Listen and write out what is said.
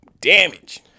damage